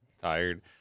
tired